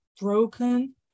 broken